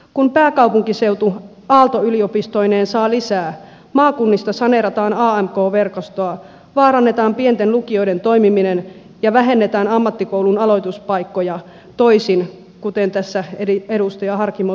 kun pääkaupunkiseutu aalto yliopistoineen saa lisää maakunnista saneerataan amk verkostoa vaarannetaan pienten lukioiden toimiminen ja vähennetään ammattikoulun aloituspaikkoja toisin kuin tässä edustaja harkimo totesi